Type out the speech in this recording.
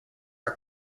are